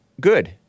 good